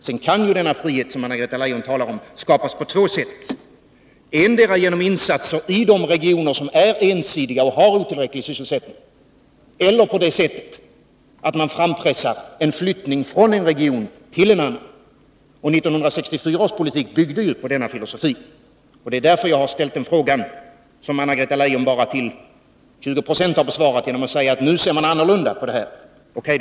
Sedan kan ju denna frihet som Anna-Greta Leijon talar om skapas på två sätt: endera genom insatser i de regioner som är ensidiga och har otillräcklig sysselsättning, eller genom att man frampressar en flyttning från en region till en annan. 1964 års politik byggde ju på denna filosofi. Det är därför jag har ställt den fråga som Anna-Greta Leijon bara till 20 26 har besvarat genom att säga att man nu har en annorlunda syn på detta. O.K.